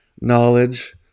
knowledge